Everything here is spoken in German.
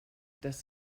das